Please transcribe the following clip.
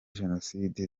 jenoside